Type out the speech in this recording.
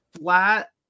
flat